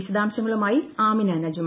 വിശദാംശങ്ങളുമായി ആമിന നജുമ